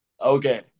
okay